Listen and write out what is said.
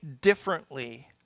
differently